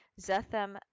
Zethem